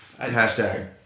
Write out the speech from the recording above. #hashtag